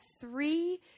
three